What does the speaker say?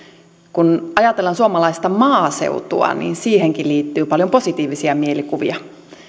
kun ajatellaan suomalaista maaseutua siihenkin liittyy paljon positiivisia mielikuvia